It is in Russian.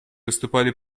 выступали